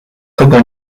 kogo